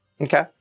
Okay